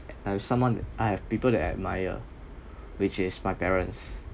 I have someone I have people that I admire which is my parents